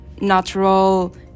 natural